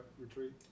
retreat